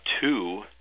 two